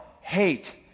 hate